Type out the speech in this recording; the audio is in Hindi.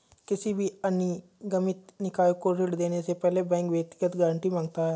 किसी भी अनिगमित निकाय को ऋण देने से पहले बैंक व्यक्तिगत गारंटी माँगता है